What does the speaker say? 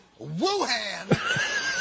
Wuhan